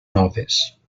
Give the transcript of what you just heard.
noves